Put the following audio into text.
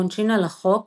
העונשין על החוק